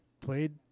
played